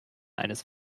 eines